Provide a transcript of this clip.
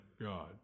God